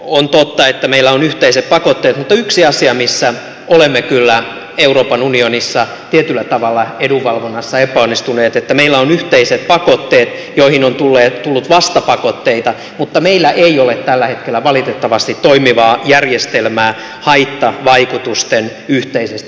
on totta että meillä on yhteiset pakotteet mutta yksi asia missä olemme kyllä euroopan unionissa tietyllä tavalla edunvalvonnassa epäonnistuneet on se että vaikka meillä on yhteiset pakotteet joihin on tullut vastapakotteita meillä ei ole tällä hetkellä valitettavasti toimivaa järjestelmää haittavaikutusten yhteisestä vastuunkannosta